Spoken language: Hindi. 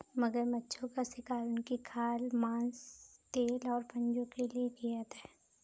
मगरमच्छों का शिकार उनकी खाल, मांस, तेल और पंजों के लिए किया जाता है